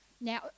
Now